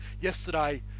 yesterday